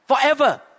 Forever